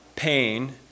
pain